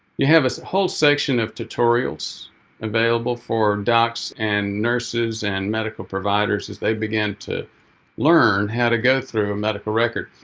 you have a whole section of tutorials available for docs and nurses and medical providers as they begin to learn how to go through a medical record.